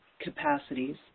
capacities